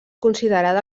considerada